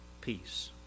peace